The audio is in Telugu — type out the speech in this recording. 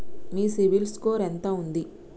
మీ సిబిల్ స్కోర్ ఎంత ఉంది?